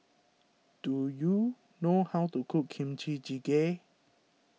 do you know how to cook Kimchi Jjigae